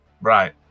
right